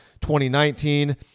2019